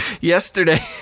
Yesterday